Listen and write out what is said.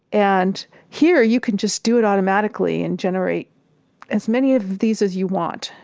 and here you can just do it automatically and generate as many of these as you want.